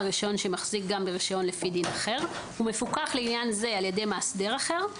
רישיון שמחזיק גם ברישיון לפי דין אחר ומפוקח לעניין זה על ידי מאסדר אחר,